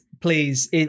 please